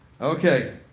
Okay